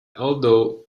although